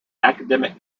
academic